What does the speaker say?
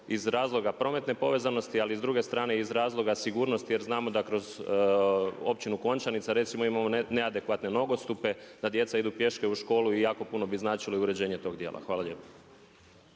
iz razloga prometne povezanosti ali i s druge strane iz razloga sigurnosti. Jer znamo da kroz općinu Končanica recimo imamo neadekvatne nogostupe, da djeca idu pješke u školu i jako puno bi značilo i uređenje tog dijela. Hvala lijepo.